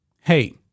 hey